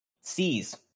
sees